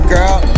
Girl